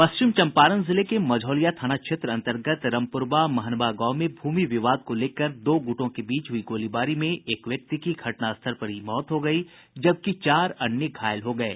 पश्चिम चम्पारण जिले के मझौलिया थाना क्षेत्र अन्तर्गत रमपुरवा महनवा गांव में भूमि विवाद को लेकर दो गुटों के बीच हुई गोलीबारी में एक व्यक्ति की घटनास्थल पर ही मौत हो गयी जबकि चार अन्य घायल हो गये